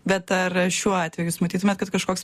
bet ar šiuo atveju jūs matytumėt kad kažkoks